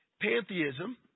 pantheism